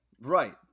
Right